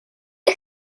cub